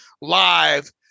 live